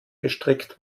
gestrickt